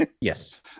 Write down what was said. Yes